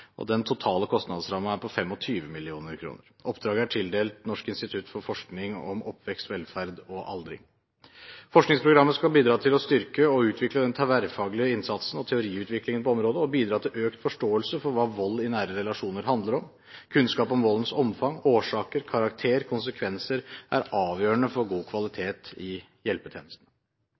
og den totale kostnadsrammen er på 25 mill. kr. Oppdraget er tildelt Norsk institutt for forskning om oppvekst, velferd og aldring, NOVA. Forskningsprogrammet skal bidra til å styrke og utvikle den tverrfaglige innsatsen og teoriutviklingen på området, og til økt forståelse for hva vold i nære relasjoner handler om. Kunnskap om voldens omfang, årsaker, karakter og konsekvenser er avgjørende for god kvalitet i hjelpetjenestene.